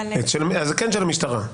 אז זה כן של המשטרה.